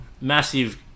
Massive